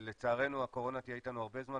לצערנו הקורונה תהיה איתנו הרבה זמן,